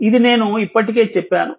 ఇది నేను ఇప్పటికే చెప్పాను